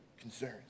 concerns